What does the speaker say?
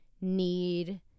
need